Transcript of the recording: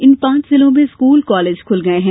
इन पांच जिलों में स्कूल कालेज खुल गये हैं